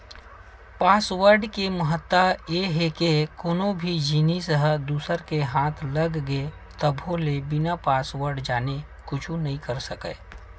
password के महत्ता ए हे के कोनो भी जिनिस ह दूसर के हाथ लग गे तभो ले बिना पासवर्ड जाने कुछु नइ कर सकय